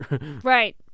Right